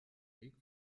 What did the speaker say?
weg